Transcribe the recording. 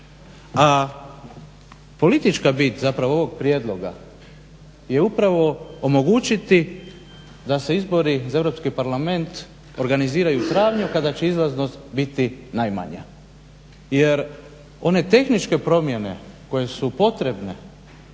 A politička bit ovog prijedloga je upravo omogućiti da se izbori za EU parlament organiziraju u travnju kada će izlaznost biti najmanja. Jer one tehničke promjene koje su potrebne